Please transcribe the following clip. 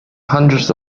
hundreds